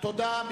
תודה.